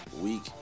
Week